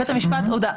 בית המשפט הודה,